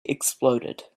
exploded